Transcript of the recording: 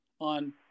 on